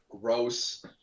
gross